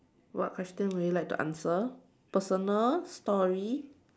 what question would you like to answer personal story